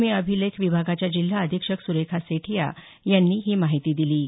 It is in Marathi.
भूमी अभिलेख विभागाच्या जिल्हा अधिक्षक सुरेखा सेठिया यांनी ही माहिती दिली